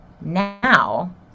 now